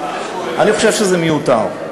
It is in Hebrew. אני חושב שזה מיותר.